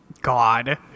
God